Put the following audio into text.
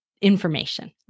information